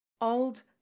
Old